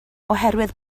oherwydd